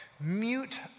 mute